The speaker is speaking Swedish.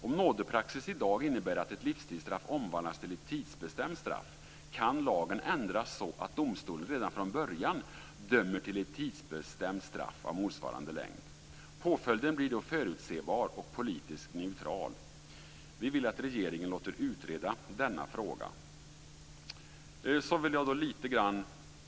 Om nådepraxis i dag innebär att ett livstidsstraff omvandlas till ett tidsbestämt straff, kan lagen ändras så att domstolen redan från början dömer till ett tidsbestämt straff av motsvarande längd. Påföljden blir då förutsebar och politiskt neutral. Vi vill att regeringen låter utreda denna fråga.